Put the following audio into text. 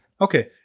okay